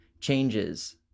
changes